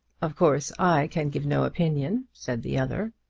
of course i can give no opinion, said the other.